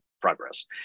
progress